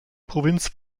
provinz